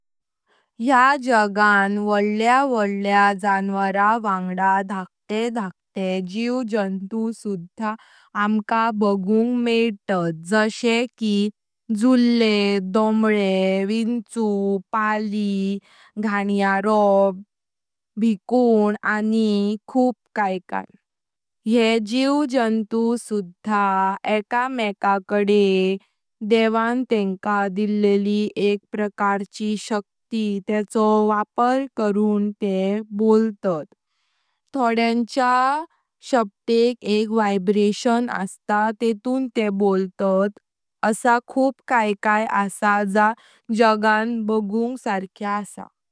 या जगान वडल्या वडल्या जन्वरा वांग्डा धाकते धाकते जीव जन्तु सुधा आमका बगुंग मेटात, जाषे की जुले, डॉमले, विंची, पाळी, घण्यारो, भिकुण आनी खुपा। ये जीव जन्तु सुधा एका मेका कडे देवान तेंका दिलीली एक प्रकारची शक्ति, तेचो वापर करून ते बोलतात। थोड्यांच्या साफ्देक एक व्हायब्रेशन असता तेंतुं ते बोलतात। असा खूप काय काय असा ज्या जगान बगुंग सारक्या।